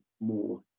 more